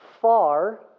far